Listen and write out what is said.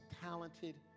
talented